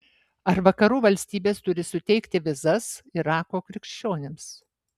ar vakarų valstybės turi suteikti vizas irako krikščionims